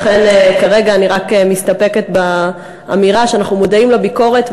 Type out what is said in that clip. לכן כרגע אני רק מסתפקת באמירה שאנחנו מודעים לביקורת,